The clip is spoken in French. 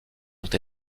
ont